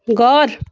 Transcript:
घर